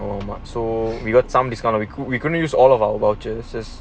or mart so we got some discount we couldnt we couldnt use all of our vouchers